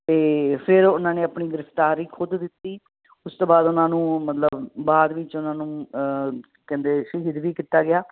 ਅਤੇ ਫਿਰ ਉਹਨਾਂ ਨੇ ਆਪਣੀ ਗ੍ਰਿਫ਼ਤਾਰੀ ਖੁਦ ਦਿੱਤੀ ਉਸ ਤੋਂ ਬਾਅਦ ਉਹਨਾਂ ਨੂੰ ਮਤਲਬ ਬਾਅਦ ਵਿੱਚ ਉਹਨਾਂ ਨੂੰ ਕਹਿੰਦੇ ਸ਼ਹੀਦ ਵੀ ਕੀਤਾ ਗਿਆ